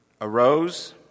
arose